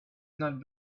not